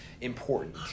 important